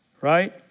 right